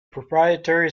proprietary